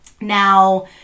Now